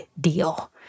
deal